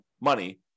money